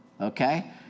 Okay